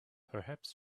perhaps